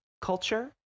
culture